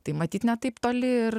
tai matyt ne taip toli ir